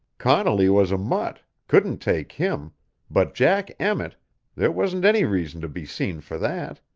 connolly was a mutt couldn't take him but jack emmett there wasn't any reason to be seen for that.